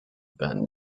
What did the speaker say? ben